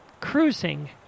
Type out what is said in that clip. cruising